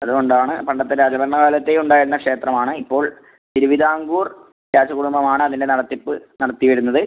അതുകൊണ്ട് ആണ് പണ്ടത്തെ രാജഭരണ കാലത്തെ ഉണ്ടായിരുന്ന ക്ഷേത്രം ആണ് ഇപ്പോൾ തിരുവിതാംകൂർ രാജ കുടുംബം ആണ് അതിൻ്റെ നടത്തിപ്പ് നടത്തിവരുന്നത്